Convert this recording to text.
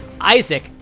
Isaac